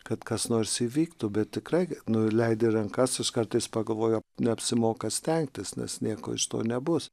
kad kas nors įvyktų bet tikrai nuleidi rankasvis kartais pagalvoju neapsimoka stengtis nes nieko iš to nebus